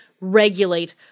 regulate